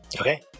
Okay